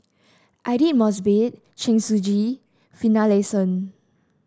Aidli Mosbit Chen Shiji Finlayson